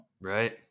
Right